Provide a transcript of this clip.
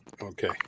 Okay